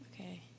Okay